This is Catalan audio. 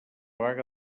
vaga